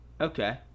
Okay